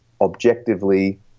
objectively